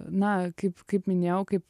na kaip kaip minėjau kaip